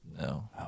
No